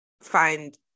find